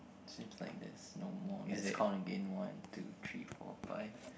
seems like there's no more let's count again one two three four five